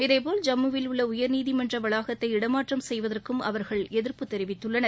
இதேபோல் ஜம்முவில் உள்ள உயர்நீதிமன்ற வளாகத்தை இடமாற்றம் செய்வதற்கும் அவர்கள் எதிர்ப்பு தெரிவித்துள்ளனர்